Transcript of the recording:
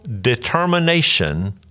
determination